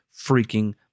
freaking